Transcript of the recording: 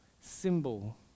symbol